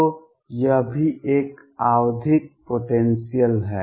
तो यह भी एक आवधिक पोटेंसियल है